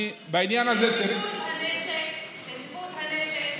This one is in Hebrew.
תתפסו את הנשק,